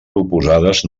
proposades